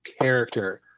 character